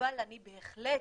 אבל אני בהחלט